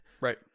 Right